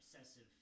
obsessive